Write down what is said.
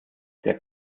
der